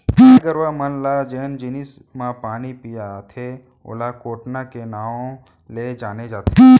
गाय गरूवा मन ल जेन जिनिस म पानी पियाथें ओला कोटना के नांव ले जाने जाथे